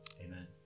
Amen